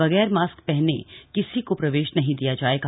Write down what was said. बगैर मास्क पहने किसी को प्रवेश नहीं दिया जाएगा